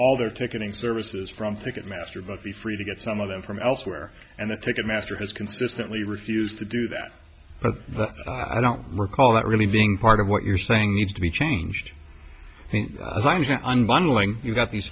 all their ticketing services from ticketmaster but be free to get some of them from elsewhere and the ticket master has consistently refused to do that but i don't recall that really being part of what you're saying needs to be changed unbundling you got these